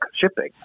shipping